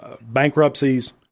bankruptcies